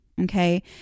Okay